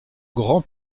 grand